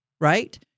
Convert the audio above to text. right